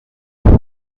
صدای